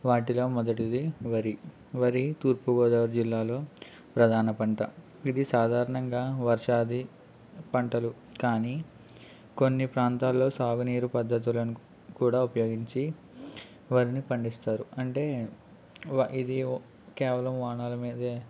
వాటిలో మొదటిది వరి వరి తూర్పుగోదావరి జిల్లాలో ప్రధాన పంట ఇది సాధారణంగా వర్షాది పంటలు కానీ కొన్ని ప్రాంతాలలో సాగునీరు పద్ధతులను కూడా ఉపయోగించి వరిని పండిస్తారు అంటే ఇది కేవలం వానల మీద